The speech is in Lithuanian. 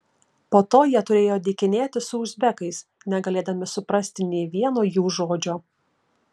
po to jie turėjo dykinėti su uzbekais negalėdami suprasti nė vieno jų žodžio